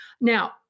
Now